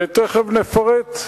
ותיכף נפרט.